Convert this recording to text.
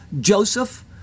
Joseph